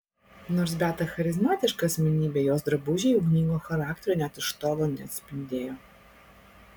nors beata charizmatiška asmenybė jos drabužiai ugningo charakterio net iš tolo neatspindėjo